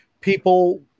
people